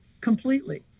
completely